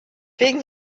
wegen